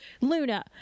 Luna